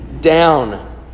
Down